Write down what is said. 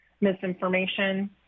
misinformation